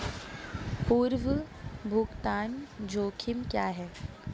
पूर्व भुगतान जोखिम क्या हैं?